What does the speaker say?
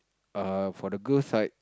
err for the girls side